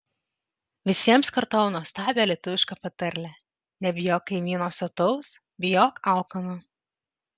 visiems kartojau nuostabią lietuvišką patarlę nebijok kaimyno sotaus bijok alkano